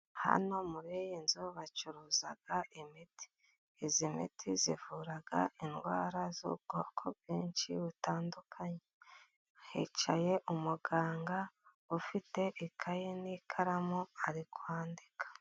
Hano muri iyi nzu bacuruza imiti. Iyi miti ivura indwara z'ubwoko bwinshi butandukanye, hicaye umuganga ufite ikaye n'ikaramu ari kwandika.